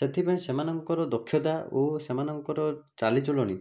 ସେଥିପାଇଁ ସେମାନଙ୍କର ଦକ୍ଷତା ଓ ସେମାନଙ୍କର ଚାଲିଚଳନି